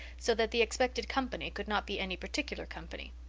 so that the expected company could not be any particular company.